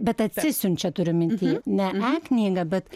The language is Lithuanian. bet atsisiunčia turiu minty ne e knygą bet